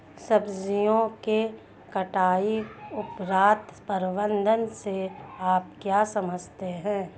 सब्जियों के कटाई उपरांत प्रबंधन से आप क्या समझते हैं?